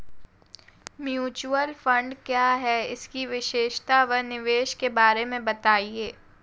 Mutual fund क्या है इसकी विशेषता व निवेश के बारे में बताइये?